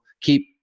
keep